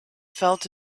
felt